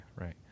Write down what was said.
right